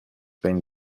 been